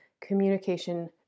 communication